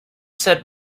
said